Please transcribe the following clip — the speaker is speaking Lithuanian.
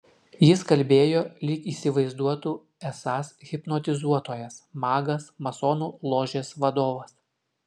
jis kalbėjo lyg įsivaizduotų esąs hipnotizuotojas magas masonų ložės vadovas